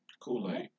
Kool-Aid